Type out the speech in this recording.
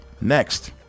next